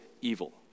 evil